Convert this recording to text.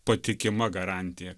patikima garantija